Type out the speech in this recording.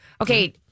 Okay